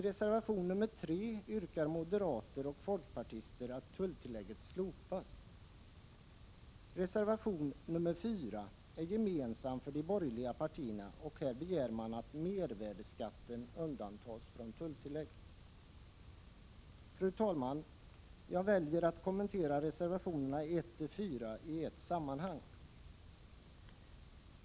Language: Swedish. Reservation nr 4 är gemensam för de borgerliga partierna, och här begär man att mervärdeskatten undantas från tulltillägg. Fru talman! Jag väljer att kommentera reservationerna 1-4 i ett sammanhang.